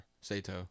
Sato